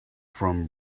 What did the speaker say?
from